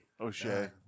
O'Shea